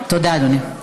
תודה, אדוני.